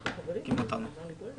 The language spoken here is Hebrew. אתה לא יכול לקבוע את זה,